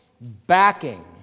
backing